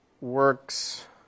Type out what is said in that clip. works